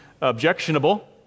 objectionable